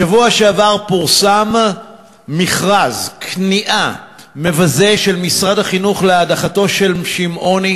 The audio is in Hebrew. בשבוע שעבר פורסם מכרז כניעה מבזה של משרד החינוך להדחתו של שמעוני.